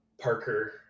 parker